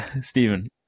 Stephen